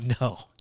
No